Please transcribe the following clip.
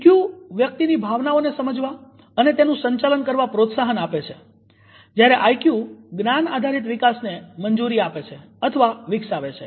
EQ વ્યક્તિની ભાવનાઓને સમજવા અને તેનું સંચાલન કરવા પ્રોત્સાહન આપે છે જ્યારે આઈક્યુ જ્ઞાન આધારિત વિકાસને મંજુરી આપેવિકસાવે છે